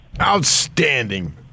Outstanding